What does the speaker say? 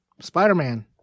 Spider-Man